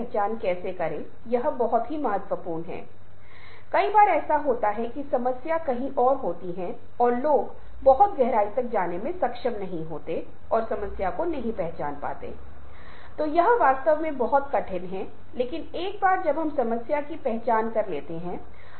कार्य जीवन संतुलन एक बहुत ही महत्वपूर्ण घटक है और आप कह सकते हैं कि यह आंतरिक रूप से प्रतिबिंबित होता है क्योंकि आप देखते हैं कि दिन के अंत में आप जो भी सीख रहे हैं वह कार्यस्थल के लिए बहुत कुछ सीख रहे हैं लेकिन फिर काम अपके जीवन में अपनी जगह होगा